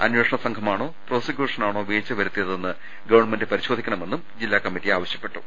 അന്വേഷണ സംഘമാണോ പ്രോസിക്യൂഷൻ ആണോ വീഴ്ച വരുത്തിയതെന്ന് ഗവർണമെന്റ് പരിശോധിക്കണമെന്നും ജില്ലാ കമ്മറ്റി ആവശ്യപ്പെട്ടു